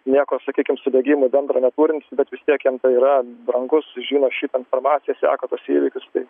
nieko sakykim su bėgimu bendro neturintys bet vis tiek jiem yra brangus žino šitą informaciją seka tuos įvykius tai